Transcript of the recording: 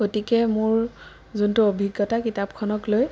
গতিকে মোৰ যোনটো অভিজ্ঞতা কিতাপখনক লৈ